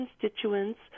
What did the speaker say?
constituents